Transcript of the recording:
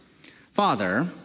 Father